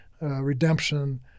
Redemption